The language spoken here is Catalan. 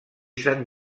sant